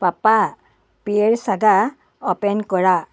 papa পিয়েৰ চাগা open কৰা